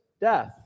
death